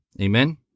Amen